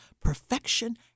perfection